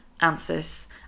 answers